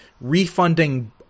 refunding